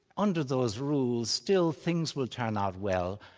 under those rules still things will turn out well,